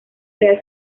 real